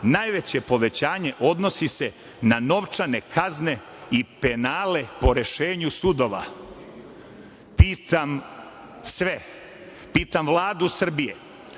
najveće povećanje odnosi se na novčane kazne i penale po rešenju sudova. Pitam sve, pitam Vladu Srbije